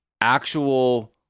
actual